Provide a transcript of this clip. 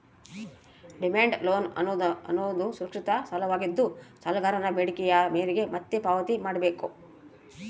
demand loan ಅನ್ನೋದುದು ಸುರಕ್ಷಿತ ಸಾಲವಾಗಿದ್ದು, ಸಾಲಗಾರನ ಬೇಡಿಕೆಯ ಮೇರೆಗೆ ಮತ್ತೆ ಪಾವತಿ ಮಾಡ್ಬೇಕು